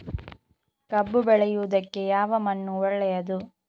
ಕಬ್ಬು ಬೆಳೆಯುವುದಕ್ಕೆ ಯಾವ ಮಣ್ಣು ಒಳ್ಳೆಯದು?